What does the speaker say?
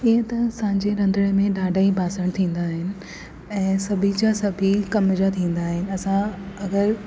हीअं त असांजे रंधिणे में ॾाढा ई बासण थींदा आहिनि ऐं सभई जा सभई कमु जा थींदा आहिनि असां अगरि